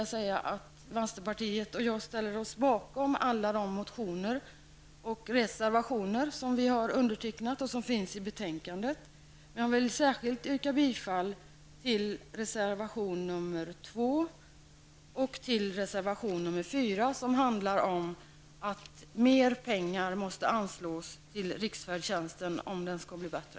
Jag och övriga i vänsterpartiet ställer oss bakom alla våra motioner och reservationer i betänkandet, men jag yrkar bifall till reservationerna nr 2 och nr 4 som handlar om riksfärdtjänsten och att mer pengar måste anslås till den om den skall bli bättre.